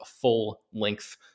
full-length